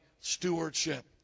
stewardship